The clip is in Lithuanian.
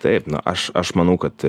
taip na aš aš manau kad